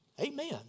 Amen